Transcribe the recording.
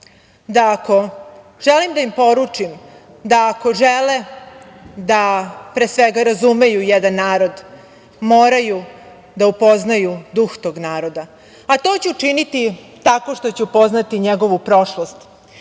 sutra, želim da poručim da, ako žele, pre svega, razumeju jedan narod, moraju da upoznaju duh tog naroda, a to će učiniti tako što će upoznati njegovu prošlost,